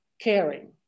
caring